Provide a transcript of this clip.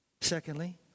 Secondly